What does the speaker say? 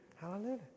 Hallelujah